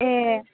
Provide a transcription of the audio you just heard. ए